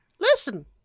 Listen